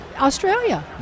Australia